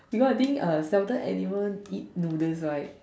because I think err seldom animals eat noodles right